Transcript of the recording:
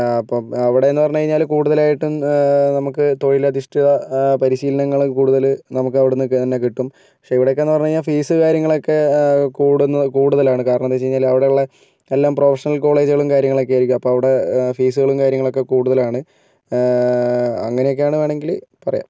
അപ്പം അവിടെ എന്ന് പറഞ്ഞ് കഴിഞ്ഞാൽ കൂടുതലായിട്ടും നമുക്ക് തൊഴിൽ അധിഷ്ഠിത പരിശീലനങ്ങളൊക്കെ കൂടുതൽ നമുക്ക് അവിടെ നിന്നൊക്കെ തന്നെ കിട്ടും പക്ഷെ ഇവിടെയൊക്കെയെന്ന് പറഞ്ഞു കഴിഞ്ഞാൽ ഫീസ് കാര്യങ്ങളൊക്കെ കൂടുന്നു കൂടുതലാണ് കാരണമെന്താണെന്ന് വെച്ച് കഴിഞ്ഞാൽ അവിടെയുള്ള എല്ലാം പ്രൊഫഷണൽ കോളേജുകളും കാര്യങ്ങളും ഒക്കെ ആയിരിക്കും അപ്പോൾ അവിടെ ഫീസുകളും കാര്യങ്ങളൊക്കെ കൂടുതലാണ് അങ്ങനെയൊക്കെയാണ് വേണമെങ്കിൽ പറയാം